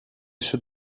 σου